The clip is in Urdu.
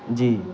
جی